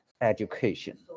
education